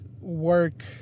work